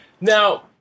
Now